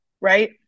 right